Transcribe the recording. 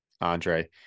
Andre